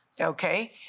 okay